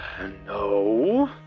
No